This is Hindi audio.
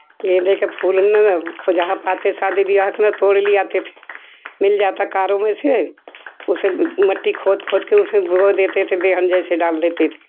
केले के फूल जहाँ पाते है शादी बियाह के लिए तोड़ ही लाते थे मिल जाता कारों में से उसे मिट्टी खोद खोद कर उस में बो देते थे बीज हम जैसे डाल देते थे